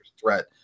threat